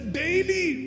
daily